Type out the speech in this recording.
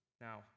Now